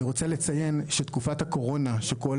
אני רוצה לציין שתקופת הקורונה שכל